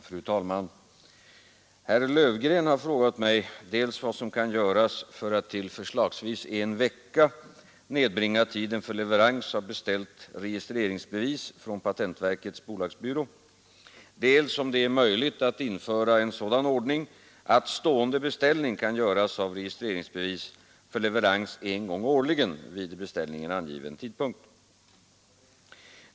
Fru talman! Herr Löfgren har frågat mig dels vad som kan göras för att till förslagsvis en vecka nedbringa tiden för leverans av beställt registreringsbevis från patentverkets bolagsbyrå, dels om det är möjligt att införa en sådan ordning att stående beställning kan göras av registreringsbevis för leverans en gång årligen vid i beställningen angiven tidpunkt.